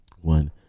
one